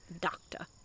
Doctor